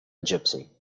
gipsy